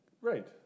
Right